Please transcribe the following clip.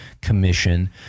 commission